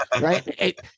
Right